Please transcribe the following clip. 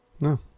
No